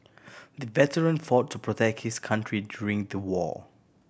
the veteran fought to protect his country during the war